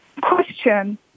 Question